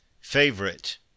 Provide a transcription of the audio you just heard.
favorite